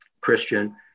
Christian